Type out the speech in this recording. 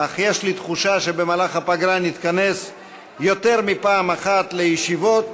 אך יש לי תחושה שבמהלך הפגרה נתכנס יותר מפעם אחת לישיבות,